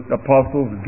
apostles